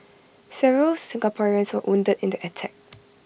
several Singaporeans were wounded in the attack